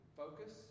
focus